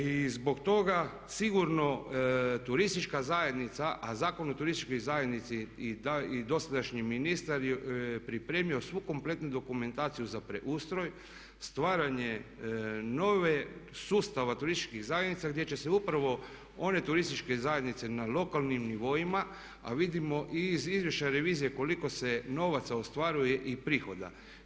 I zbog toga sigurno Turistička zajednica, a Zakon o Turističkoj zajednici i dosadašnji ministar je pripremio svu kompletnu dokumentaciju za preustroj, stvaranje novog sustava turističkih zajednica gdje će se upravo one turističke zajednice na lokalnim nivoima, a vidimo i iz izvješća revizije koliko se novaca ostvaruje i prihoda.